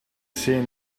say